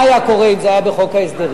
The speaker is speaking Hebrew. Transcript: מה היה קורה אם זה היה בחוק ההסדרים?